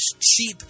cheap